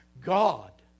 God